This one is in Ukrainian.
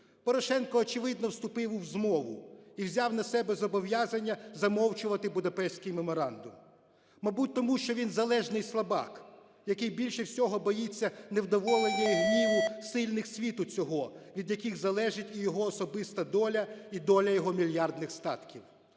Порошенко, очевидно, вступив у змову і взяв на себе зобов'язання замовчувати Будапештський меморандум, мабуть, тому що він залежний слабак, який більше всього боїться невдоволення і гніву сильних світу цього, від яких залежить і його особиста доля, і доля його мільярдних статків.